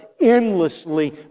endlessly